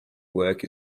work